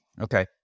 Okay